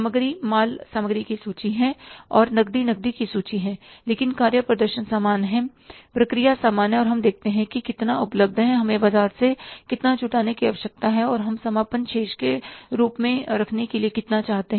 सामग्री माल सामग्री की सूची है और नकदी नकदी की एक सूची है लेकिन कार्य प्रदर्शन समान है प्रक्रिया समान है कि हम देखते हैं कि कितना उपलब्ध है हमें बाजार से कितना जुटाने की आवश्यकता है और हम समापन शेष के रूप में रखने के लिए कितना चाहते हैं